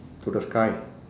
to the sky